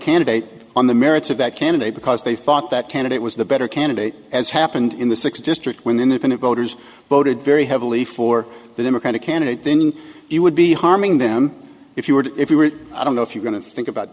candidate on the merits of that candidate because they thought that candidate was the better candidate as happened in the six district we're going to go to voted very heavily for the democratic candidate then it would be harming them if you were if you were i don't know if you're going to think about